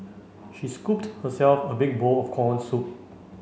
she scooped herself a big bowl of corn soup